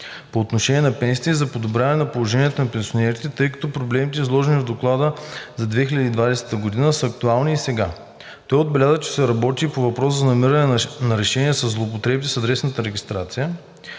по отношение на пенсиите и за подобряване на положението на пенсионерите, тъй като проблемите, изложени в Доклада за 2020 г., са актуални и сега. Той отбеляза, че се работи и по въпроса за намиране на решение на злоупотребите с адресната регистрация,